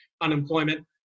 unemployment